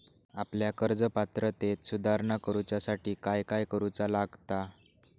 आपल्या कर्ज पात्रतेत सुधारणा करुच्यासाठी काय काय करूचा लागता?